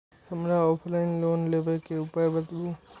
हमरा offline loan लेबे के उपाय बतबु?